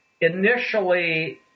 initially